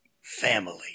family